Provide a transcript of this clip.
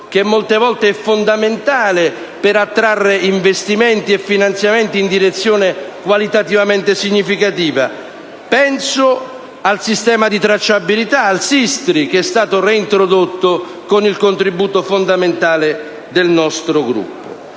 che molte volte è fondamentale per attrarre investimenti e finanziamenti in direzione qualitativamente significativa. Penso al sistema di tracciabilità, al SISTRI, che è stato reintrodotto con il contributo fondamentale del nostro Gruppo.